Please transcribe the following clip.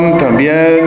también